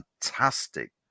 fantastic